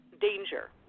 danger